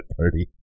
party